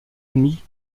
admis